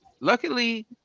Luckily